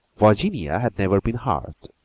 virginia had never been hurt,